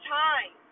time